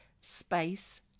space